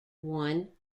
one